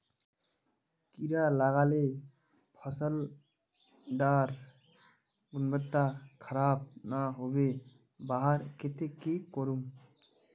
कीड़ा लगाले फसल डार गुणवत्ता खराब ना होबे वहार केते की करूम?